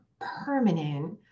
permanent